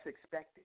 expected